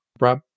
Rob